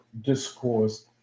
discourse